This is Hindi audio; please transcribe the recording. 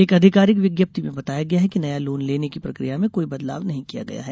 एक आधिकारिक विज्ञप्ति में बताया गया है कि नया लोन लेने की प्रक्रिया में कोई बदलाव नहीं किया गया है